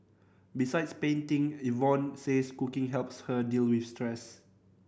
besides painting Yvonne says cooking helps her deal with stress